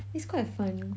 it's quite fun